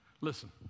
listen